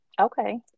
okay